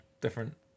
different